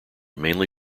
mainly